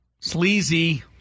sleazy-